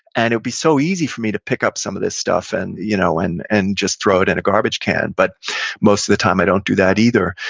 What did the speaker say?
and it would be so easy for me to pick up some of this stuff and you know and and just throw it in a garbage can, but most of the time i don't do that either.